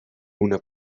una